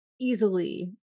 easily